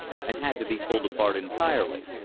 and had to be pulled apart entirely.